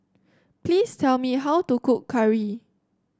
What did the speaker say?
please tell me how to cook curry